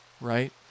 Right